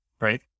Right